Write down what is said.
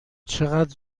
چقدر